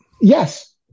Yes